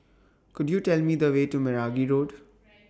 Could YOU Tell Me The Way to Meragi Road